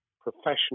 professional